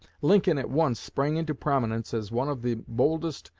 lincoln at once sprang into prominence as one of the boldest,